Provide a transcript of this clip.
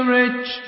rich